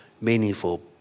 meaningful